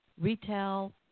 retail